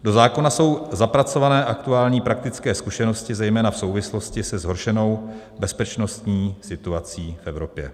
Do zákona jsou zapracované aktuální praktické zkušenosti zejména v souvislosti se zhoršenou bezpečnostní situací v Evropě.